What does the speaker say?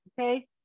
Okay